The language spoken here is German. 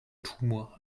tumor